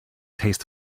taste